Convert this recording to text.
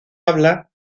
habla